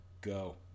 go